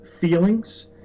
feelings